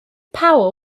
powell